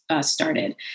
started